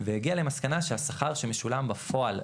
והגיעה למסקנה שהשכר שמשולם בפועל